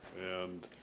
and